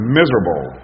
miserable